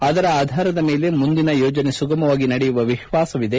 ಅದರ ಆಧಾರದ ಮೇಲೆ ಮುಂದಿನ ಯೋಜನೆ ಸುಗಮವಾಗಿ ನಡೆಯುವ ವಿಶ್ವಾಸವಿದೆ